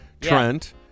Trent